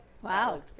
Wow